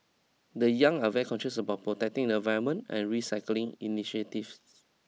the young are very conscious about protecting the environment and recycling initiatives